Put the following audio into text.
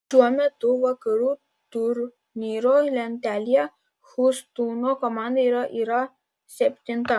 šiuo metu vakarų turnyro lentelėje hjustono komanda yra yra septinta